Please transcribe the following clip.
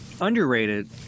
underrated